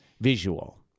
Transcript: visual